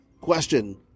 question